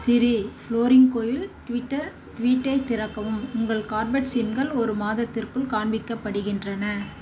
சிரி ஃப்ளோரிங்கோவில் ட்விட்டர் ட்வீட்டைத் திறக்கவும் உங்கள் கார்பெட் சீம்கள் ஒரு மாதத்திற்குள் காண்பிக்கப்படுகின்றன